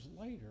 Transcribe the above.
later